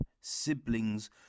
Siblings